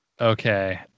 Okay